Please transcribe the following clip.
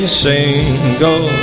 single